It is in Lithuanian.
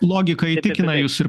logika įtikina jus ir